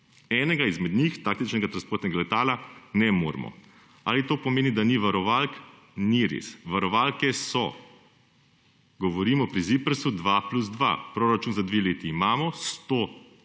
enega izmed njih, taktičnega transportnega letala, ne moremo. Ali to pomeni, da ni varovalk? Ni res, varovalke so. Govorim o ZIPRS dva plus dva. Proračun za dve leti imamo, 100